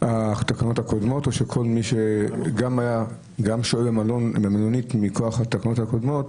התקנות הקודמות או שכל מי שגם שוהה במלונית מכוח התקנות הקודמות,